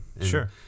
Sure